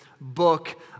book